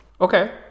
Okay